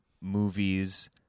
movies